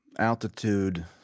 Altitude